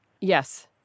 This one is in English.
Yes